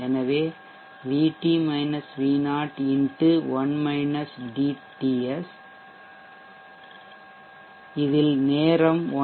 எனவே VT V0 x TS நேரம் TS